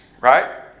right